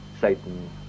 Satan